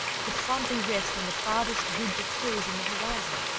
could fondly rest on the farthest ridge of hills in the horizon,